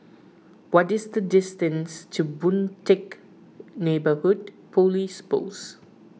what is the distance to Boon Teck Neighbourhood Police Post